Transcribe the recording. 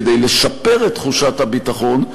כדי לשפר את תחושת הביטחון,